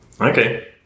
Okay